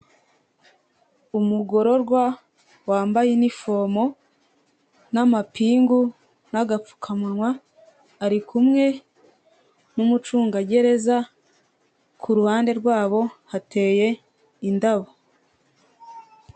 Umugororwa wambaye inifomo, n'amapingu, n'agapfukamunwa; arikumwe n'umucungagereza ku ruhande rwabo hateye indabo.